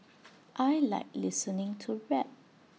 I Like listening to rap